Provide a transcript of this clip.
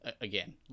again